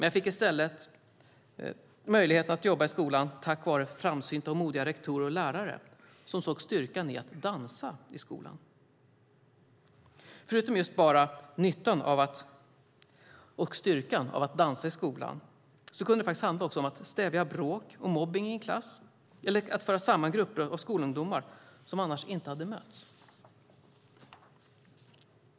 Jag fick möjlighet att jobba i skolan tack vare framsynta och modiga rektorer och lärare som såg styrkan i att dansa i skolan. Förutom nyttan och styrkan av att dansa i skolan kunde det handla om att stävja bråk och mobbning i en klass eller att föra samman grupper av skolungdomar som annars inte hade mötts.